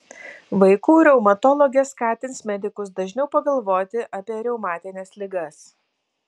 vaikų reumatologė skatins medikus dažniau pagalvoti apie reumatines ligas